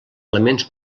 elements